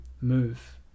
move